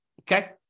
Okay